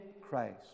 Christ